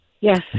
Yes